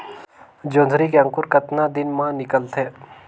जोंदरी के अंकुर कतना दिन मां निकलथे?